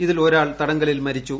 ഇതിൽ ഒരാൾ തടങ്കലിൽ മരിച്ചു